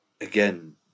again